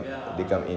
ya